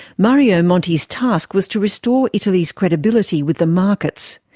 mario monti's task was to restore italy's credibility with the markets.